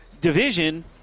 division